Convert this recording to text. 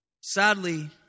Sadly